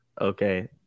Okay